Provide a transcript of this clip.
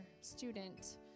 student